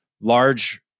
large